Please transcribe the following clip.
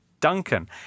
Duncan